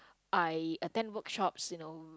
I attend workshops you know